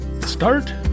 start